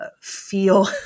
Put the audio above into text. feel